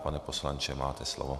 Pane poslanče, máte slovo.